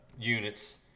units